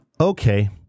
Okay